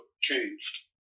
changed